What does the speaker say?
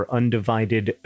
undivided